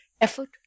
effort